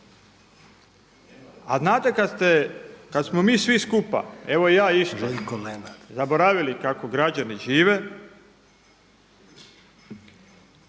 kad ste, kad smo mi svi skupa, evo i ja isto, zaboravili kako građani žive.